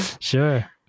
Sure